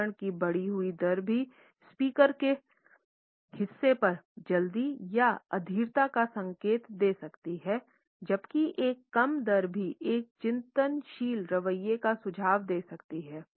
भाषण की बढ़ी हुई दर भी स्पीकर के हिस्से पर जल्दी या अधीरता का संकेत दे सकती है जबकि एक कम दर भी एक चिंतनशील रवैया का सुझाव दे सकती है